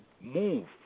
move